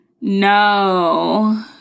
No